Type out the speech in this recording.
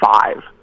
five